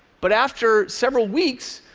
but after several weeks,